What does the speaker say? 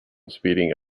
speeding